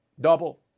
Double